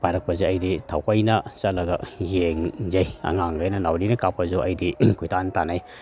ꯄꯥꯏꯔꯛꯄꯁꯦ ꯑꯩꯗꯤ ꯊꯑꯣꯏꯅ ꯆꯠꯂꯒ ꯌꯦꯡꯖꯩ ꯑꯉꯥꯡꯒꯩꯅ ꯅꯥꯎꯔꯤꯅ ꯀꯥꯞꯄꯁꯨ ꯑꯩꯗꯤ ꯀꯣꯏꯇꯥꯟ ꯇꯥꯟꯅꯩ